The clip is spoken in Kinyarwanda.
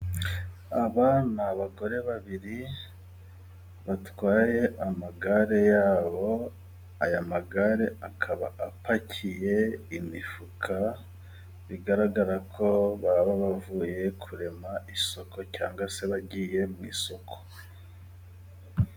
Aba ni abagore babiri batwaye amagare yabo aya magare akaba apakiye imifuka bigaragara ko baba bavuye kurema isoko cyangwa se bagiye mu isoko.